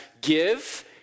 give